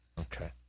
Okay